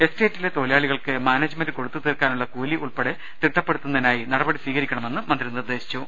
എസ്റ്റേറ്റിലെ തൊഴിലാളികൾക്ക് മാനേജ്മെന്റ് കൊടുത്തു തീർക്കാ നുള്ള കൂലി ഉൾപ്പെടെ തിട്ടപ്പെടുത്തുന്നതിനായി നടപടി സ്വീകരിക്ക ണമെന്നും മന്ത്രി പറഞ്ഞു